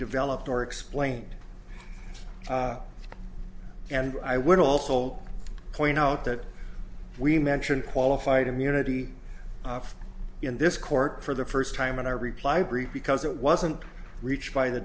developed or explained and i would also point out that we mentioned qualified immunity in this court for the first time in our reply brief because it wasn't reached by the